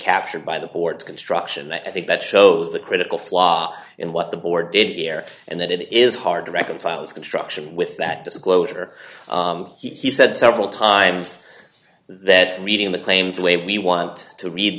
captured by the board construction i think that shows the critical flaw in what the board did here and that it is hard to reconcile this construction with that disclosure he said several times that reading the claims the way we want to read